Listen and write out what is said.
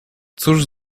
cóż